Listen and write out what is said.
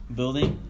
building